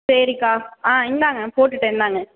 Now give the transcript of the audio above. சரிக்கா ஆ இந்தாங்க போட்டுட்டேன் இந்தாங்க